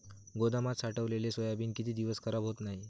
गोदामात साठवलेले सोयाबीन किती दिवस खराब होत नाही?